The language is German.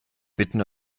bitten